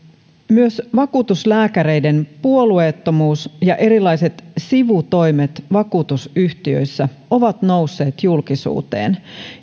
myös vakuutuslääkäreiden puolueettomuus ja erilaiset sivutoimet vakuutusyhtiöissä ovat nousseet julkisuuteen